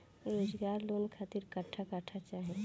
रोजगार लोन खातिर कट्ठा कट्ठा चाहीं?